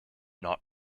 not